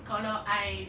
kalau I